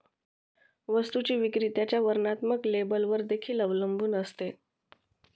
वस्तूची विक्री त्याच्या वर्णात्मक लेबलवर देखील अवलंबून असते